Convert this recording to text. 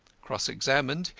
cross-examined,